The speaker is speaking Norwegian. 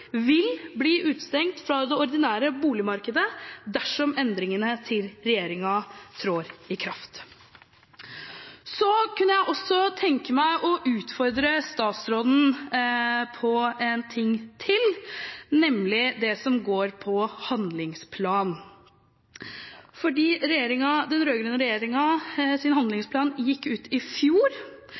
vil bli utestengt fra det ordinære boligmarkedet dersom endringene til regjeringen trer i kraft. Jeg kunne tenke meg å utfordre statsråden på en ting til, nemlig det som går på handlingsplan. Den rød-grønne regjeringens handlingsplan gikk ut i fjor,